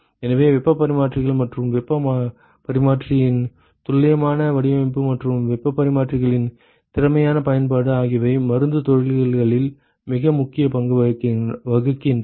எனவே வெப்பப் பரிமாற்றிகள் மற்றும் வெப்பப் பரிமாற்றிகளின் துல்லியமான வடிவமைப்பு மற்றும் வெப்பப் பரிமாற்றிகளின் திறமையான பயன்பாடு ஆகியவை மருந்துத் தொழில்களில் மிக முக்கிய பங்கு வகிக்கின்றன